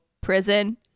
prison